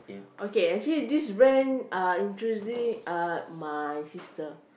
okay actually this brand uh introduce uh my sister